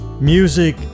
Music